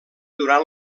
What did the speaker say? durant